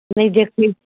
नहि देखैत